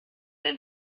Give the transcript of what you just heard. ein